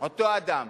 אותו אדם.